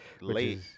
Late